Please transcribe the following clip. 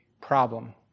problem